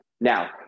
Now